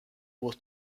was